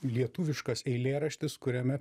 lietuviškas eilėraštis kuriame